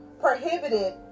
prohibited